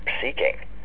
seeking